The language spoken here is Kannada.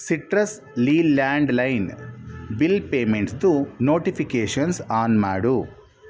ಸಿಟ್ರಸಲ್ಲಿ ಲ್ಯಾಂಡ್ಲೈನ್ ಬಿಲ್ ಪೇಮೆಂಟ್ಸ್ದು ನೋಟಿಫಿಕೇಷನ್ಸ್ ಆನ್ ಮಾಡು